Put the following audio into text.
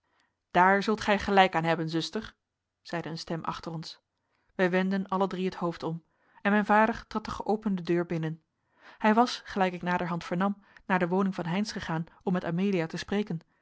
daar zult gij gelijk aan hebben zuster zeide een stem achter ons wij wendden alle drie het hoofd om en mijn vader trad de geopende deur binnen hij was gelijk ik naderhand vernam naar de woning van heynsz gegaan om met amelia te spreken